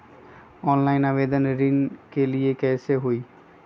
Online आवेदन ऋन के लिए कैसे हुई?